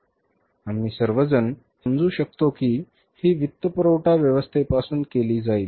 आम्ही सर्वजण हे समजू शकतो की ही वित्तपुरवठा व्यवस्थेपासून केली जाईल